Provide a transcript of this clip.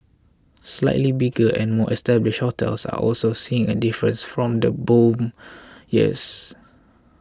slightly bigger and more established hotels are also seeing a difference from the boom years